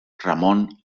ramon